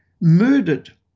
murdered